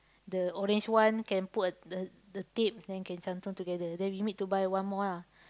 the orange one can put the the tape then can cantum together then we need to buy one more ah